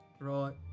Right